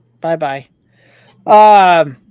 Bye-bye